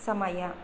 ಸಮಯ